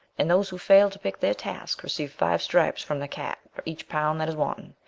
and those who fail to pick their task receive five stripes from the cat for each pound that is wanting.